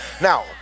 Now